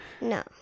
No